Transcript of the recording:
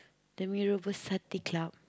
the mee-rebus satay Club